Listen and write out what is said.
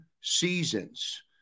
seasons